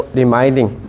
reminding